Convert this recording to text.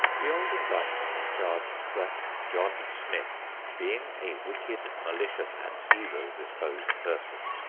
the old indictments charged that john smith, being a wicked, malicious and evil disposed person,